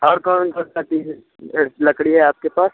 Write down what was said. और कौन कौन सा चीज़ लकड़ी है आपके पास